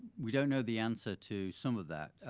we don't know the answer to some of that.